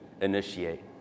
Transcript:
initiate